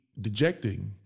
dejecting